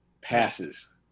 passes